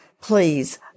please